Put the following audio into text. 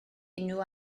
unrhyw